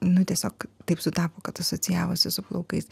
nu tiesiog taip sutapo kad asocijavosi su plaukais